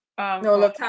No